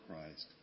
Christ